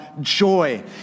joy